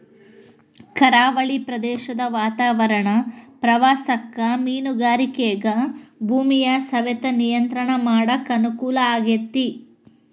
ಕರಾವಳಿ ಪ್ರದೇಶದ ವಾತಾವರಣ ಪ್ರವಾಸಕ್ಕ ಮೇನುಗಾರಿಕೆಗ ಭೂಮಿಯ ಸವೆತ ನಿಯಂತ್ರಣ ಮಾಡಕ್ ಅನುಕೂಲ ಆಗೇತಿ